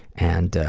and ah,